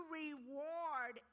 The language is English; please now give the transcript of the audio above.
reward